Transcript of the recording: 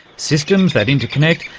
systems that interconnect,